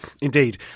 Indeed